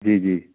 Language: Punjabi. ਜੀ ਜੀ